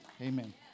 Amen